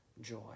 joy